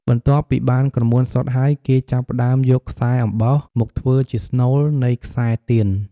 បន្ទាប់ពីបានក្រមួនសុទ្ធហើយ គេចាប់ផ្តើមយកខ្សែអំបោះមកធ្វើជាស្នូលនៃខ្សែទៀន។